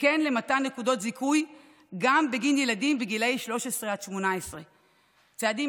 וכן למתן נקודות זיכוי גם בגין ילדים שגילם 13 18. צעדים